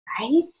right